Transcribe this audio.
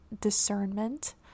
discernment